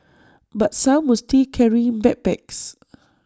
but some were still carrying backpacks